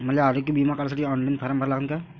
मले आरोग्य बिमा काढासाठी ऑनलाईन फारम भरा लागन का?